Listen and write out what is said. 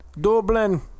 Dublin